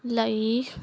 ਲਈ